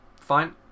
fine